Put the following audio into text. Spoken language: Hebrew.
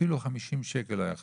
אפילו 50 שקל לא היה חסר,